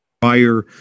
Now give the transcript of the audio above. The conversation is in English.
Prior